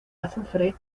azufre